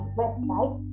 website